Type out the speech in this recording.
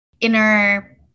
inner